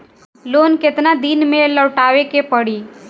Loan केतना दिन में लौटावे के पड़ी?